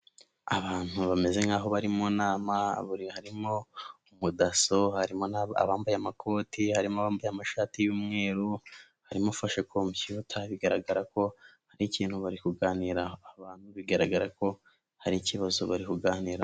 Abantu bameze nkaho bari mu nama harimo umudaso, harimo abambaye amakoti, harimo bambaye amashati y'umweru, harimo ufashe mudasobwa bigaragara ko hari ikintu bari kuganiraraho.